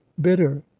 bitter